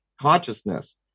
consciousness